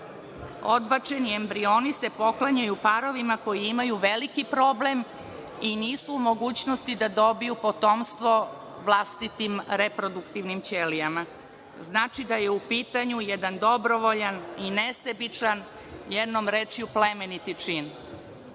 Odbačeni embrioni se poklanjaju parovima koji imaju veliki problem i nisu u mogućnosti da dobiju potomstvo vlastitim reproduktivnim ćelijama. Znači da je u pitanju jedan dobrovoljan i nesebičan, jednom rečju – plemeniti